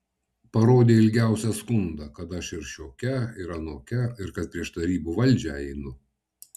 parodė ilgiausią skundą kad aš ir šiokia ir anokia ir kad prieš tarybų valdžią einu